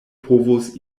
povos